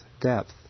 depth